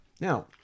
Now